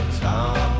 town